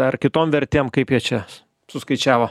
ar kitom vertėm kaip jie čia suskaičiavo